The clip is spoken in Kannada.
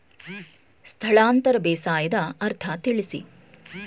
ಸ್ಥಳಾಂತರ ಬೇಸಾಯದ ಅರ್ಥ ತಿಳಿಸಿ?